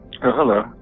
Hello